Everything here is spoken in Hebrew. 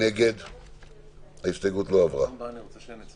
הסתייגות 8. "8.